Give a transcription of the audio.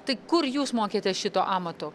tai kur jūs mokėtės šito amato